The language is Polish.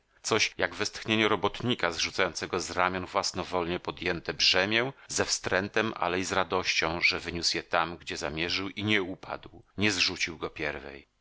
coś jak westchnienie robotnika zrzucającego z ramion własnowolnie podjęte brzemię ze wstrętem ale i z radością że wyniósł je tam gdzie zamierzył i nie upadł nie zrzucił go pierwej